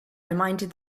reminded